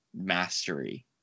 mastery